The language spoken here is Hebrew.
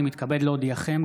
אני מתכבד להודיעכם,